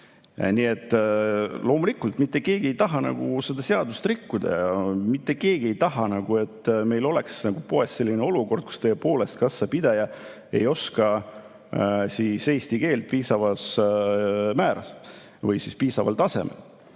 Nii et loomulikult mitte keegi ei taha seda seadust rikkuda ja mitte keegi ei taha, et meil oleks poes selline olukord, kus tõepoolest kassapidaja ei oska eesti keelt piisaval määral või piisaval tasemel.